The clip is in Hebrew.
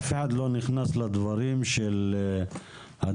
אף אחד לא נכנס לדברים של הדובר,